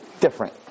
Different